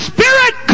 Spirit